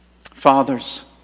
fathers